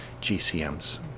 GCMs